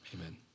amen